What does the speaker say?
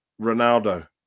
Ronaldo